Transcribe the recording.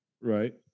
Right